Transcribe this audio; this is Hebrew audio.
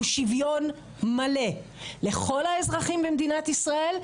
הוא שוויון מלא לכל האזרחים במדינת ישראל,